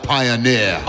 Pioneer